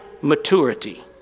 maturity